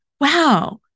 wow